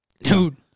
dude